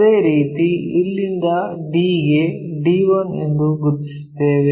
ಅದೇ ರೀತಿ ಇಲ್ಲಿಂದ d ಗೆ d1 ಎಂದು ಗುರುತಿಸುತ್ತೇವೆ